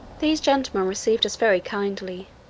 these gentlemen received us very kindly,